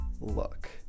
look